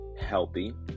healthy